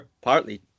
partly